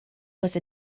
was